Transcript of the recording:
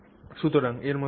সুতরাং এর মত কিছু